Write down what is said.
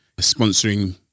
sponsoring